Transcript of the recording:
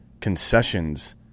concessions